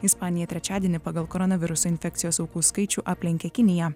ispanija trečiadienį pagal koronaviruso infekcijos aukų skaičių aplenkė kiniją